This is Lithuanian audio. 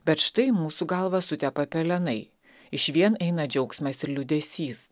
bet štai mūsų galvas sutepa pelenai išvien eina džiaugsmas ir liūdesys